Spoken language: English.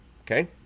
okay